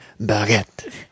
baguette